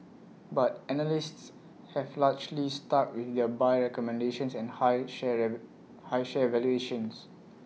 but analysts have largely stuck with their buy recommendations and high share high share valuations